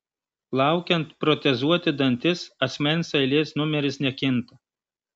laukiant protezuoti dantis asmens eilės numeris nekinta